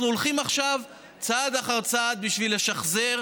אנחנו הולכים עכשיו צעד אחר צעד בשביל לשחזר,